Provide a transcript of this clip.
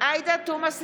בעד עאידה תומא סלימאן,